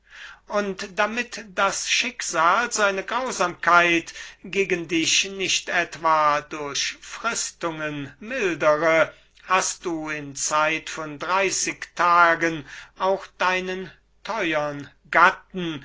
und damit das schicksal seine grausamkeit gegen dich nicht etwa durch fristungen mildere hast du in zeit von dreißig tagen auch deinen theuern gatten